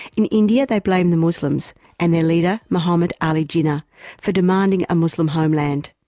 in india they blame the muslims and their leader muhammad ali jinnah for demanding a muslim homeland.